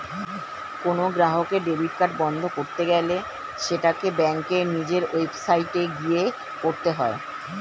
কোনো গ্রাহকের debit card বন্ধ করতে গেলে সেটাকে ব্যাঙ্কের নিজের ওয়েবসাইটে গিয়ে করতে হয়ে